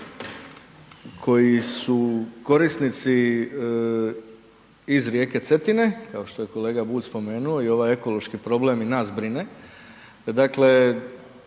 koji su korisnici iz rijeke Cetine kao što je kolega Bulj spomenuo i ovaj ekološki problem i nas brine, dakle